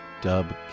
Dub